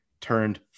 turned